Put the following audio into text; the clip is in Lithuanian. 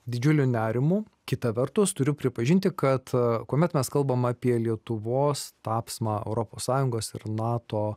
didžiuliu nerimu kita vertus turiu pripažinti kad kuomet mes kalbame apie lietuvos tapsmą europos sąjungos ir nato